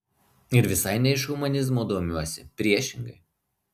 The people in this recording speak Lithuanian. ir visai ne iš humanizmo domiuosi priešingai